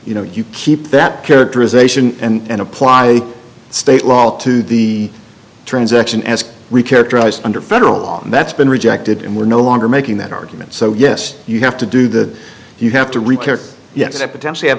you know you keep that characterization and apply state law to the transaction as we characterized under federal law that's been rejected and we're no longer making that argument so yes you have to do that you have to repair yes i potentially have